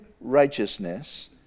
righteousness